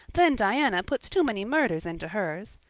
then diana puts too many murders into hers.